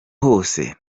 hose